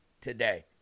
today